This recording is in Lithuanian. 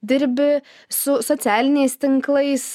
dirbi su socialiniais tinklais